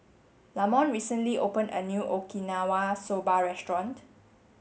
Lamont recently opened a new Okinawa Soba restaurant